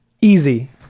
Easy